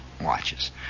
watches